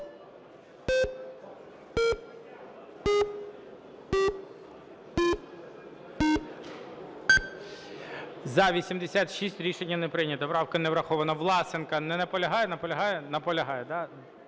За-86 Рішення не прийнято. Правка не врахована. Власенко не наполягає. Наполягає? Наполягає,